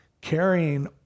carrying